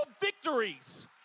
victories